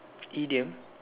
idiom